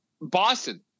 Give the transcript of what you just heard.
boston